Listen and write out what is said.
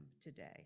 today